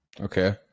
Okay